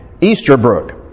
Easterbrook